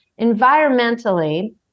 environmentally